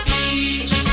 Beach